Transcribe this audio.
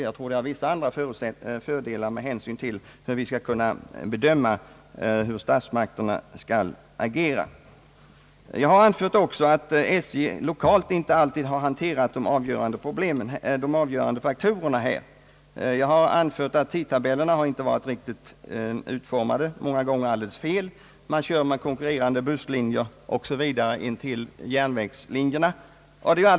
Jag tror att detta har sina fördelar, med tanke på bedömningar och agerande från statsmakternas sida. Jag har också framhållit att SJ inte alltid lokalt har hanterat de avgörande faktorerna på rätt sätt. Jag har anfört att tidtabellerna inte varit riktigt utformade och många gånger alldeles fel. Man kör med konkurrerande busslinjer intill järnvägslinjerna osv.